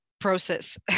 process